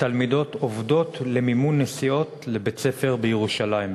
ותלמידות עובדות למימון נסיעות לבית-ספר בירושלים,